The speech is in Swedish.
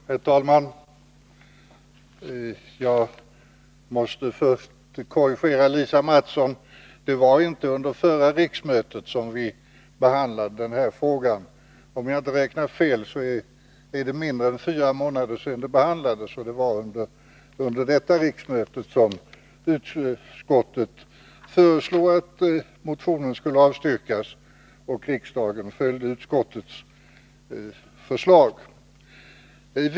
Herr talman! Jag måste först korrigera Lisa Mattson. Det var inte under förra riksmötet som vi behandlade denna fråga. Om jag inte har räknat fel är det mindre än fyra månader sedan som den behandlades. Det var alltså under detta riksmöte som utskottet föreslog att motionen skulle avstyrkas och riksdagen följde utskottets förslag.